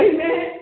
Amen